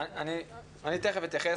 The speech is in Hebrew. אני תיכף אתייחס,